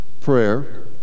prayer